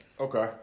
Okay